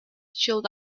should